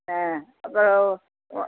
ஆ அப்புறோம் ஓ